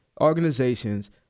organizations